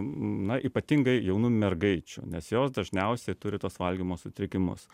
na ypatingai jaunų mergaičių nes jos dažniausiai ir turi tuos valgymo sutrikimus